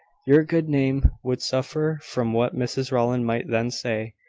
your good name would suffer from what mrs rowland might then say.